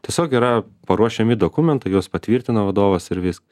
tiesiog yra paruošiami dokumentai juos patvirtina vadovas ir viskas